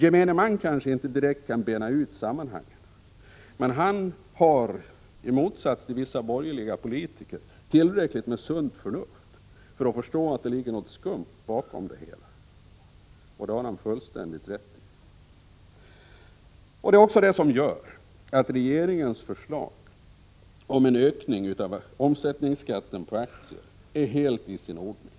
Gemene man kanske inte direkt kan bena ut sammanhangen men har i motsats till vissa borgerliga politiker tillräckligt med sunt förnuft för att förstå att det ligger något skumt bakom det hela. Och det har man fullständigt rätt i. Det är också det här som gör att regeringens förslag om en ökning av omsättningsskatten på aktier är helt i sin ordning.